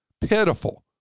Pitiful